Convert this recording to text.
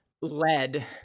led